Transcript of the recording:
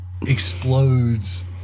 explodes